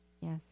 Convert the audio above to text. yes